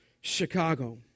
Chicago